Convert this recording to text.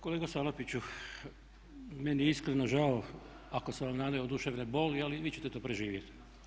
Kolega Salapiću, meni je iskreno žao ako sam van nanio duševne boli ali vi ćete to preživjeti.